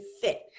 fit